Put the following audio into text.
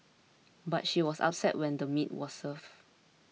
but she was upset when the meat was served